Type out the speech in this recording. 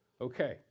Okay